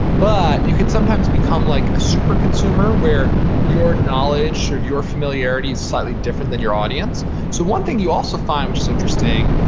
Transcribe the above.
but you can sometimes become like a super-consumer where your knowledge or your familiarity is slightly different than your audience so one thing you also find, which is interesting,